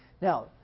Now